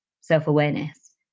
self-awareness